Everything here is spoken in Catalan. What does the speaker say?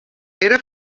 era